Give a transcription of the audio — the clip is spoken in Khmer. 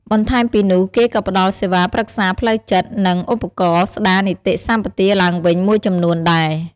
បន្ថែមពីនោះ គេក៏ផ្ដល់សេវាប្រឹក្សាផ្លូវចិត្ត និង ឧបករណ៍ស្តារនិតីសម្បទាឡើងវិញមួយចំនួនដែរ។